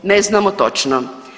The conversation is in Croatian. Ne znamo točno.